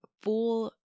full